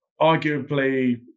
arguably